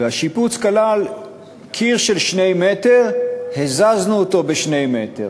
והשיפוץ כלל קיר של שני מטר, הזזנו אותו בשני מטר.